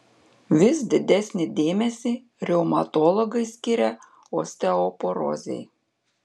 vis didesnį dėmesį reumatologai skiria osteoporozei